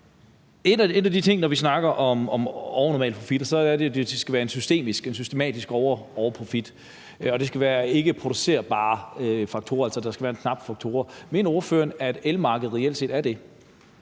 En af de ting, der er, når vi snakker om overnormal profit, er, at det så skal være en systematisk overprofit, og at det skal være ikkeproducérbare faktorer, altså at der skal være en knaphedsfaktor. Mener ordføreren, at elmarkedet reelt set er